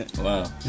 Wow